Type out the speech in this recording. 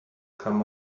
come